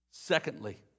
Secondly